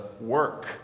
work